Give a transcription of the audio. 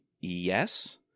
yes